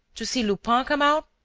to see lupin come out?